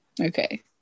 Okay